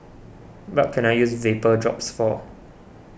what can I use Vapodrops for